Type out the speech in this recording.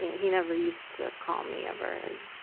he never used to call me ever, and